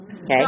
Okay